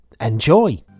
Enjoy